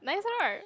nicer right